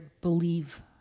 believe